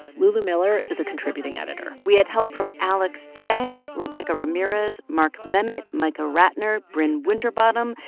lulu miller is a contributing editor we had help from alex cheng, rebecca ramirez, mark memmott, micah ratner, brin winterbottom,